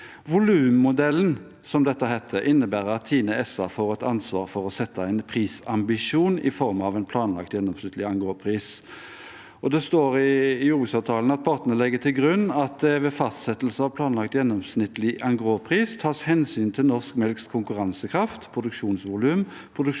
dette heter, innebærer at TINE SA får et ansvar for å sette en prisambisjon i form av en planlagt gjennomsnittlig engrospris. Det står i jordbruksavtalen at partene legger til grunn at det ved fastsettelse av planlagt gjennomsnittlig engrospris tas hensyn til norsk melks konkurransekraft, produksjonsvolum,